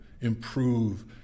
improve